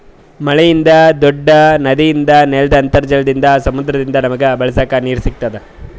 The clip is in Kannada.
ಮಳಿಯಿಂದ್, ದೂಡ್ಡ ನದಿಯಿಂದ್, ನೆಲ್ದ್ ಅಂತರ್ಜಲದಿಂದ್, ಸಮುದ್ರದಿಂದ್ ನಮಗ್ ಬಳಸಕ್ ನೀರ್ ಸಿಗತ್ತದ್